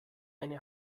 eine